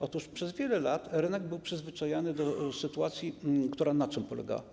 Otóż przez wiele lat rynek był przyzwyczajany do sytuacji, która na czym polegała?